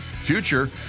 future